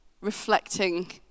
reflecting